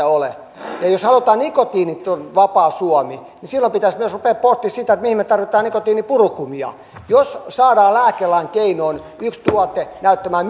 ole jos halutaan nikotiinivapaa suomi niin silloin pitäisi myös ruveta pohtimaan sitä mihin me tarvitsemme nikotiinipurukumia jos saadaan lääkelain keinoin yksi tuote näyttämään